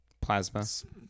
plasma